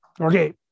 Okay